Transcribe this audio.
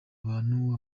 abantu